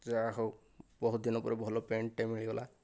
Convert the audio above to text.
ଯାହା ହେଉ ବହୁତ ଦିନ ପରେ ଭଲ ପ୍ୟାଣ୍ଟ ଟିଏ ମିଳିଗଲା